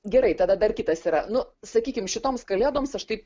gerai tada dar kitas yra nu sakykim šitoms kalėdoms aš taip